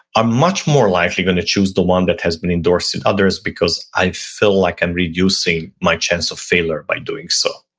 i'm much more likely going to choose the one that has been endorsed through others because i feel like i'm reducing my chance of failure by doing so.